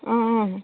অঁ অঁ